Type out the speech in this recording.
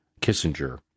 Kissinger